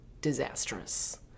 disastrous